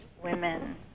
women